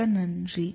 மிக்க நன்றி